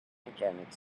mechanic